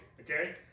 Okay